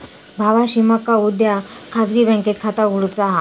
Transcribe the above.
भावाशी मका उद्या खाजगी बँकेत खाता उघडुचा हा